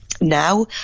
now